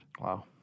Wow